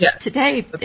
today